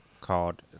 called